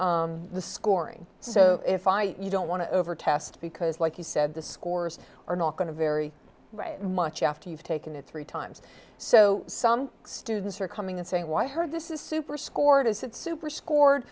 the scoring so if you don't want to over test because like you said the scores are not going to very much after you've taken it three times so some students are coming and saying wow i heard this is super scored as it's super scored